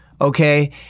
Okay